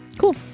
cool